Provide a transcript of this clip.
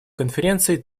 конференции